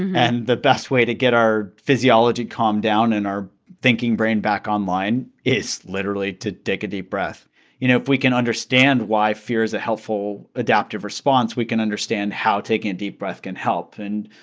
and the best way to get our physiology calmed down and our thinking brain back online is literally to take a deep breath you know, if we can understand why fear is a helpful adaptive response, we can understand how taking a deep breath can help. and,